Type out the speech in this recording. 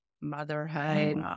motherhood